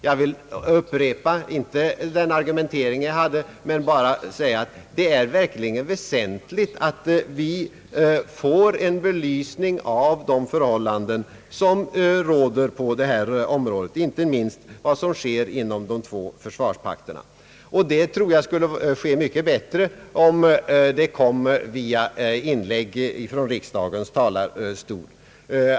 Jag vill inte upprepa den argumentering jag då hade, men jag vill säga att det verkligen är väsentligt att vi får en belysning av de förhållanden som råder på detta område och av vad som sker inte minst inom dessa två försvarspakter. Jag tror att detta skulle ske mycket bättre om det kom via inlägg från riksdagens ta larstolar.